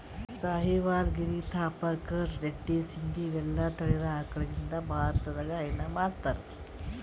Sahiwal, Gir, Rathi, Tharparkar, red Sindhi ಇವೆಲ್ಲಾ ತಳಿದ್ ಆಕಳಗಳಿಂದ್ ಭಾರತದಾಗ್ ಹೈನಾ ಮಾಡ್ತಾರ್